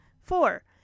Four